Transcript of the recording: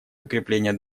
укрепления